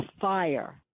fire